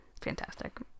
fantastic